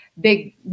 big